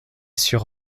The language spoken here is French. sur